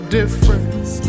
difference